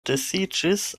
disiĝis